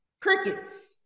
Crickets